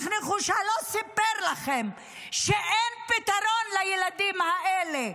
נחושה לא סיפר לכם שאין פתרון לילדים האלה.